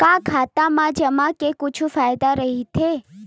का खाता मा जमा के कुछु फ़ायदा राइथे?